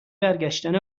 برگشتن